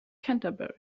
canterbury